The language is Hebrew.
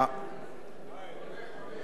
אני אגיד עוד הערה אחת.